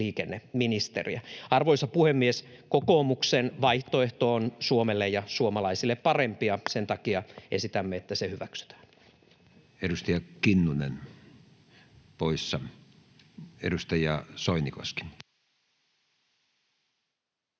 Arvoisa puhemies! Kokoomuksen vaihtoehto on Suomelle ja suomalaisille parempi, ja sen takia esitämme, että se hyväksytään. [Speech 121] Speaker: Matti Vanhanen